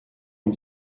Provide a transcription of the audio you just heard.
une